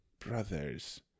Brothers